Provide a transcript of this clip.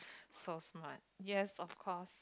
so smart yes of course